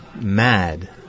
mad